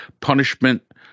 punishment